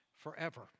forever